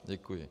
Děkuji.